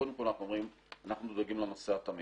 קודם כול אנחנו דואגים לנוסע התמים